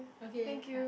okay heart